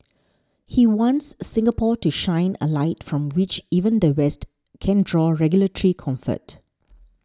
he wants Singapore to shine a light from which even the West can draw regulatory comfort